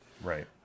Right